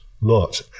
lot